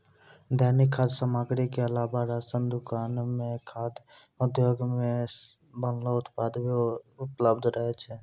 दैनिक खाद्य सामग्री क अलावा राशन दुकान म खाद्य उद्योग सें बनलो उत्पाद भी उपलब्ध रहै छै